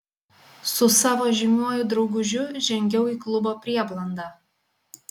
su savo žymiuoju draugužiu žengiau į klubo prieblandą